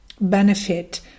benefit